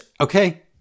Okay